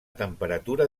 temperatura